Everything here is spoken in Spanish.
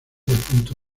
punto